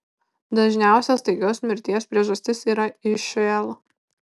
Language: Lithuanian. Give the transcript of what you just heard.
dažniausia staigios mirties priežastis yra išl